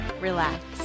relax